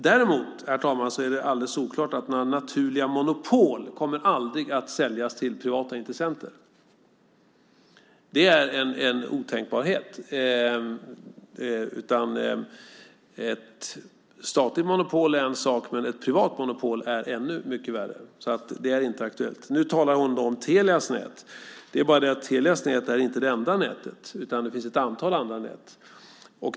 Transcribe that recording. Däremot, herr talman, är det alldeles solklart att några naturliga monopol aldrig kommer att säljas till privata intressenter. Det är en otänkbarhet. Ett statligt monopol är en sak, men ett privat monopol är ännu värre. Ulla Andersson talar om Telias nät. Men Telias nät är inte det enda nätet. Det finns ett antal andra nät.